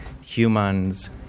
humans